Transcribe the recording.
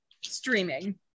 streaming